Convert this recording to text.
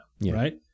Right